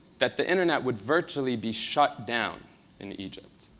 that the internet would virtually be shut down in egypt.